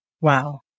Wow